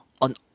on